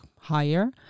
higher